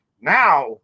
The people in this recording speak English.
Now